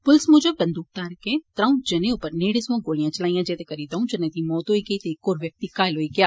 पुलस मूजब बंदूकघारकें त्र'ऊं जने उप्पर नेडे सोया गोलियां चलाइयां जेदे करी दंऊ जने दी मौत होई गेई ते इक होर व्यक्ति घायल होई गेआ